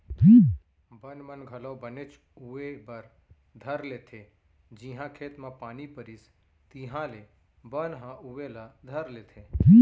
बन मन घलौ बनेच उवे बर धर लेथें जिहॉं खेत म पानी परिस तिहॉले बन ह उवे ला धर लेथे